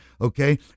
Okay